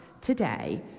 today